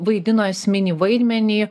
vaidino esminį vaidmenį